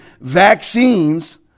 vaccines